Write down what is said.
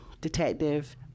Detective